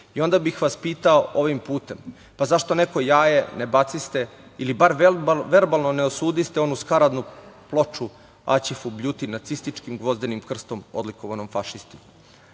bih vas ovim putem, pa zašto neko jaje ne baciste ili bar verbalno ne osudiste onu skaradnu ploču Aćifu Bljuti, nacističkim gvozdenim krstom odlikovanom fašisti?